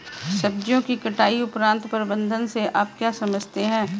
सब्जियों की कटाई उपरांत प्रबंधन से आप क्या समझते हैं?